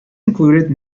included